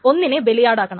ഒന്നിനെ ബലിയാടാക്കണം